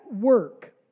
work